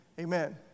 amen